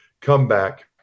comeback